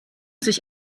sich